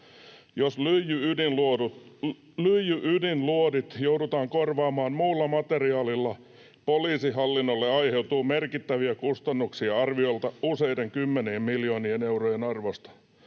”Jos lyijy-ydinluodit joudutaan korvaamaan muulla materiaalilla, poliisihallinnolle aiheutuu merkittäviä kustannuksia, arviolta useiden kymmenien miljoonien eurojen arvosta.”